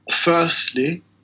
firstly